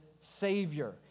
Savior